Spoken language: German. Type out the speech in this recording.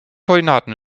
koordinaten